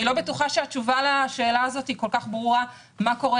אני לא בטוחה שהתשובה לשאלה הזאת היא כל כך ברורה מה קורה.